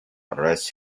arrest